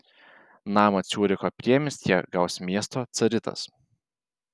namą ciuricho priemiestyje gaus miesto caritas